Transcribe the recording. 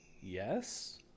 yes